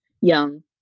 young